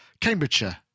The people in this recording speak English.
Cambridgeshire